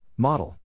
Model